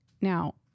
Now